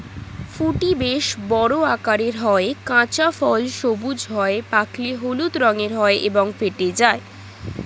ফুটি বেশ বড় আকারের হয়, কাঁচা ফল সবুজ হয়, পাকলে হলুদ রঙের হয় এবং ফেটে যায়